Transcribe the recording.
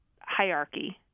hierarchy